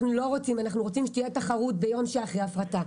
אנחנו רוצים שתהיה תחרות ביום שאחרי ההפרטה.